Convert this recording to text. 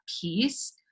piece